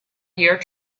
year